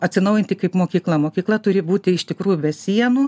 atsinaujinti kaip mokykla mokykla turi būti iš tikrųjų be sienų